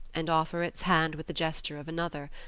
and offer its hand with the gesture of another,